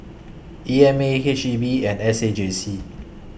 E M A H E B and S A J C